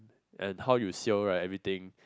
and how you sail right everything